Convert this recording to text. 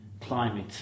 climate